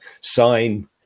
sign